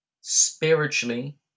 spiritually